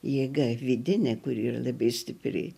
jėga vidinė kuri yra labai stipri